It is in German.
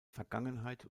vergangenheit